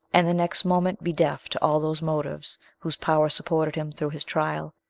and the next moment be deaf to all those motives, whose power supported him through his trial,